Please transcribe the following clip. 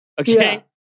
okay